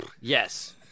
Yes